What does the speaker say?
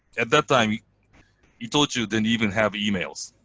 at that time itochu didn't even have emails.